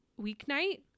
weeknight